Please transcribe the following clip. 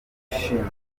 gushimuta